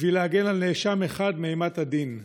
בשביל להגן על נאשם אחד מאימת הדין?